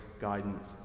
guidance